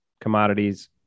commodities